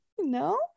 no